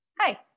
Hi